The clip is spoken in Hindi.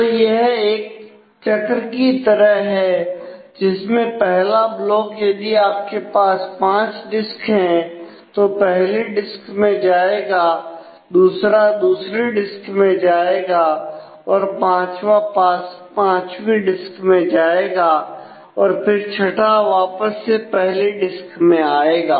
तो यह एक चक्र की तरह है जिसमें पहला ब्लॉक यदि आपके पास 5 डिस्क है तो पहली डिस्क में जाएगा दूसरा दूसरी डिस्क में जाएगा और पांचवा पांचवी डिस्क में जाएगा और फिर छठा वापस से पहली डिस्क में जाएगा